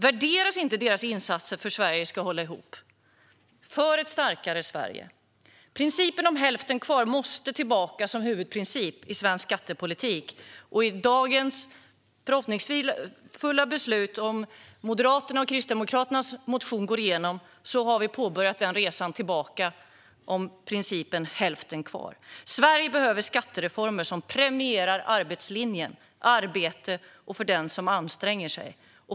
Värderas inte deras insatser för att Sverige ska hålla ihop och för ett starkare Sverige? Principen om hälften kvar måste tillbaka som huvudprincip i svensk skattepolitik. Med det beslut som förhoppningsvis fattas i dag, om Moderaternas och Kristdemokraternas motion går igenom, har vi påbörjat resan tillbaka till principen hälften kvar. Sverige behöver skattereformer som premierar arbetslinjen, arbete och den som anstränger sig.